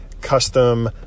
custom